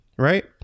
Right